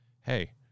hey